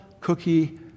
cookie